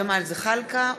ג'מאל זחאלקה,